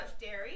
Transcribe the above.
dairy